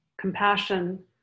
compassion